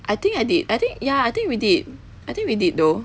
I think I did I think ya I think we did I think we did though